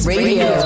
Radio